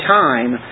time